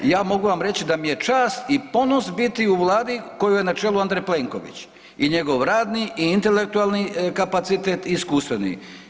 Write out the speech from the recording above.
Ja mogu vam reći da mi je čast i ponos biti u Vladi kojoj je na čelu Andrej Plenković i njegov radni i intelektualni kapacitet i iskustveni.